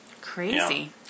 Crazy